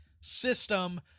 system